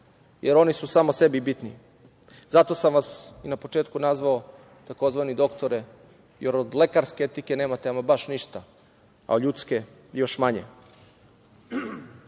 jer oni su samo sebi bitni. Zato sam vas i na početku nazvao tzv. doktore, jer od lekarske etike nemate ama baš ništa, a ljudske još manje.